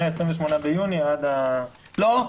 מה-28 ביוני עד --- לא,